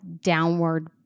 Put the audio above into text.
downward